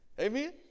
Amen